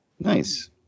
Nice